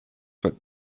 but